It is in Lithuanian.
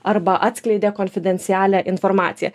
arba atskleidė konfidencialią informaciją